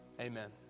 amen